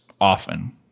often